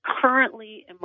currently